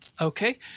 Okay